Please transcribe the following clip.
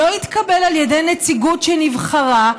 לא התקבל על ידי נציגות שנבחרה,